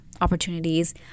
opportunities